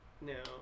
No